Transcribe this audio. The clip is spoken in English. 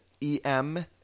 E-M